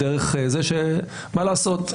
ומה לעשות,